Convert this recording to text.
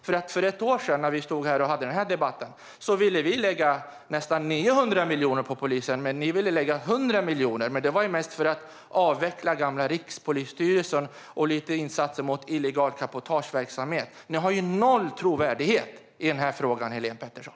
För ett år sedan när vi stod här och hade motsvarande debatt ville vi lägga nästan 900 miljoner på polisen. Ni ville lägga 100 miljoner, men det gällde mest avveckling av gamla Rikspolisstyrelsen och lite insatser mot illegal cabotageverksamhet. Ni har noll trovärdighet i den här frågan, Helene Petersson.